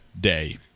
Day